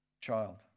Child